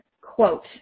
Quote